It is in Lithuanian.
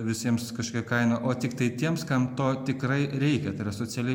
visiems kažkiek kainą o tiktai tiems kam to tikrai reikia tai yra socialiai